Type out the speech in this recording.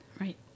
Right